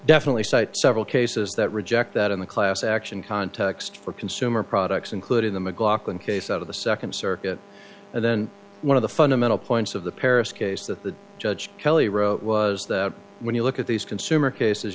definitely site several cases that reject that in the class action context for consumer products including the mclaughlin case of the second circuit and then one of the fundamental points of the paris case that the judge kelly wrote was that when you look at these consumer cases